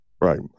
right